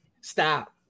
Stop